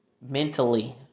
mentally